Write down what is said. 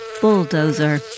bulldozer